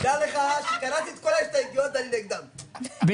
הצבעה ההסתייגות לא נתקבלה ההסתייגות לא התקבלה.